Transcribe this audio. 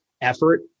effort